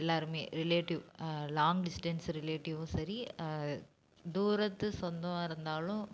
எல்லோருமே relative long distance ரிலேட்டிவ்வும் சரி தூரத்து சொந்தமாக இருந்தாலும்